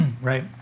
right